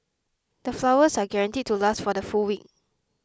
the flowers are guaranteed to last for the full week